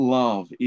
love